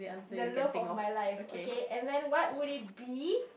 the love of my life okay and then what would it be